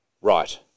right